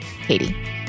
Katie